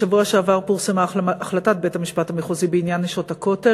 בשבוע שעבר פורסמה החלטת בית-המשפט המחוזי בעניין "נשות הכותל",